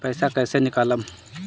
पैसा कैसे निकालम?